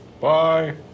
Bye